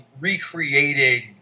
recreating